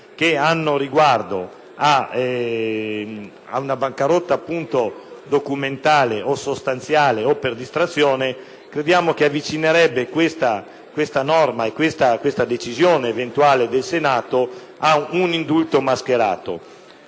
che riguardano una bancarotta, appunto, documentale o sostanziale o per distrazione, crediamo che avvicinerebbe questa norma e questa decisione eventuale del Senato ad un indulto mascherato.